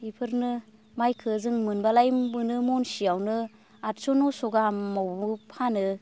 बेफोरनो माइखो जों मोनब्लालाय मोनो मनसेयावनो आठस' नस' गाहामाव फानो